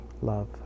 love